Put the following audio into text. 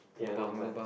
ya I not much